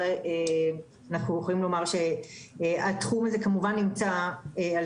אנחנו יכולים לומר שהתחום הזה כמובן נמצא על